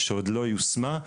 שעוד לא יושמה,